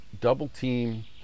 double-team